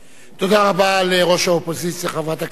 תודה רבה לראש האופוזיציה, חברת הכנסת